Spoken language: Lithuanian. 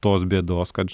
tos bėdos kad